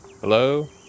Hello